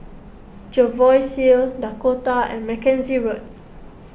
Jervois Hill Dakota and Mackenzie Road